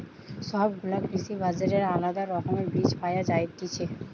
সব গুলা কৃষি বাজারে আলদা রকমের বীজ পায়া যায়তিছে